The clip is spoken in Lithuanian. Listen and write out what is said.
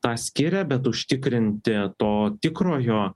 tą skiria bet užtikrinti to tikrojo